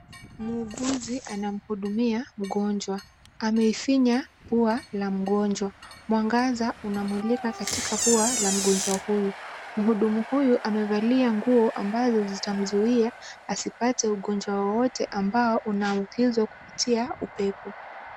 Muuguzi anamhudumia mgonjwa. Ameifinya pua la mgonjwa. wangaza unamulika katika pua la mgonjwa huyu. Mhudumu huyu amevalia nguo ambazo zitamzuia asipate ugonjwa wowote ambao unaambukizwa kupitia upepo.